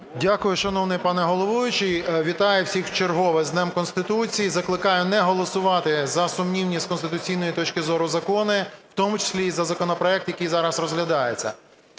Дякую, шановний пане головуючий. Вітаю всіх вчергове з Днем Конституції. Закликаю не голосувати за сумнівні з конституційної точки зору закони, в тому числі і за законопроект, який зараз розглядається.